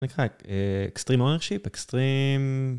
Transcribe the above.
נקחה אקסטרים אונר שיפ אקסטרים